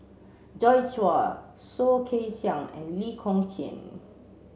Joi Chua Soh Kay Siang and Lee Kong Chian